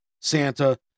santa